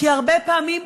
כי הרבה פעמים,